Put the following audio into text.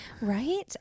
Right